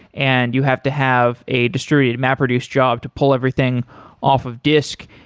and you have to have a distributed mapreduce job to pull everything off of disk.